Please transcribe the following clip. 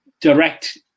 direct